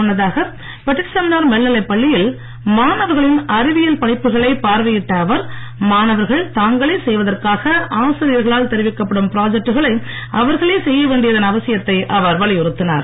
முன்னதாக பெட்டிசெமினார் மேல்நிலைப் பள்ளியில் மாணவர்களின் அறிவியல் படைப்புகளைப் பார்விட்ட அவர் மாணவர்கள் தாங்களே செய்வதற்காக ஆசிரியர்களால் தெரிவிக்கப்படும் ப்ராஜக்டுகளை அவர்களே செய்யவேண்டியதன் அவசியத்தை அவர் வலியுறுத்தினார்